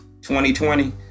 2020